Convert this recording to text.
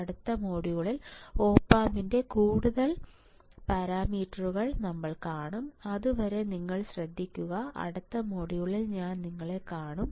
അടുത്ത മൊഡ്യൂളിൽ ഒപ് ആമ്പിന്റെ കൂടുതൽ പാരാമീറ്ററുകൾ നമ്മൾ കാണും അതുവരെ നിങ്ങൾ ശ്രദ്ധിക്കുന്നു അടുത്ത മൊഡ്യൂളിൽ ഞാൻ നിങ്ങളെ കാണും